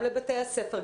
גם לבתי הספר,